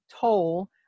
toll